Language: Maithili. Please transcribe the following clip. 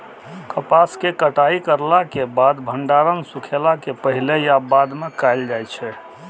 कपास के कटाई करला के बाद भंडारण सुखेला के पहले या बाद में कायल जाय छै?